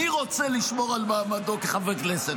אני רוצה לשמור על מעמדו כחבר כנסת.